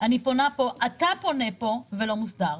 אני פונה פה, אתה פונה פה ולא מוסדר.